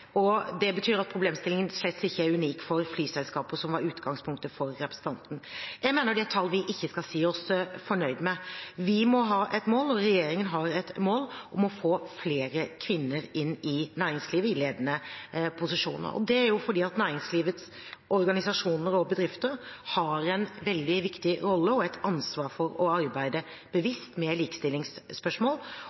Det betyr at problemstillingen slett ikke er unik for flyselskaper, som er utgangspunktet for representanten. Jeg mener det er tall vi ikke skal si oss fornøyd med. Vi må ha et mål – og regjeringen har et mål – om å få flere kvinner inn i ledende posisjoner i næringslivet, fordi næringslivets organisasjoner og bedrifter har en veldig viktig rolle og et ansvar for å arbeide bevisst med likestillingsspørsmål,